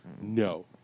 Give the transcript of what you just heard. No